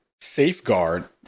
safeguard